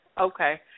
Okay